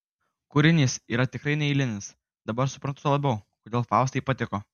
kūrinys yra tikrai neeilinis dabar suprantu labiau kodėl faustai patiko